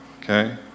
Okay